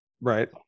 Right